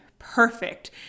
perfect